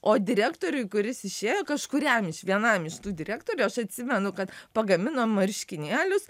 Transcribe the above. o direktoriui kuris išėjo kažkuriam iš vienam iš tų direktorių aš atsimenu kad pagamino marškinėlius